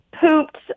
pooped